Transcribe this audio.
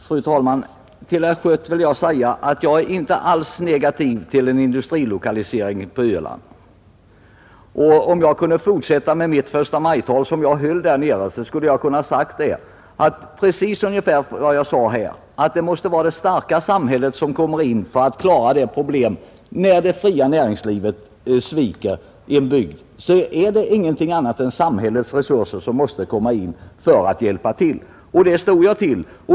Fru talman! Till herr Schött vill jag säga att jag alls inte är negativ till en industrilokalisering på Öland. Om jag skulle fortsätta det förstamajtal jag höll där nere, skulle det bli precis vad jag här sade: Det måste vara det starka samhället som träder till för att klara de problem som uppstår när det fria näringslivet sviker i en bygd. Där måste samhällets resurser hjälpande träda till. Det står jag för.